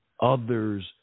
Others